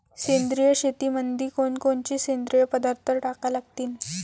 सेंद्रिय शेतीमंदी कोनकोनचे सेंद्रिय पदार्थ टाका लागतीन?